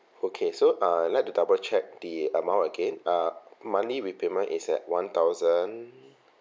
okay so uh I'd like to double check the amount again uh monthly repayment is at one thousand